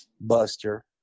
Buster